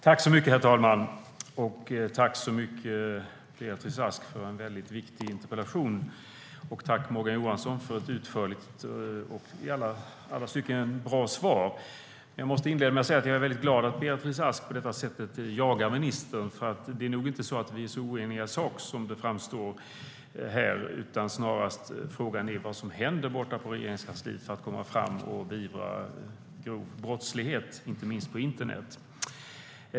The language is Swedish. Herr talman! Tack, Beatrice Ask, för en väldigt viktig interpellation och tack, Morgan Johansson, för ett utförligt och i alla stycken bra svar! Jag måste säga att jag är glad att Beatrice Ask på detta sätt jagar ministern. Vi är nog inte så oeniga i sak som det framstår här. Frågan är snarast vad som händer i Regeringskansliet när det gäller att komma framåt och beivra grov brottslighet, inte minst på internet.